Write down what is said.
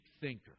thinker